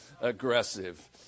aggressive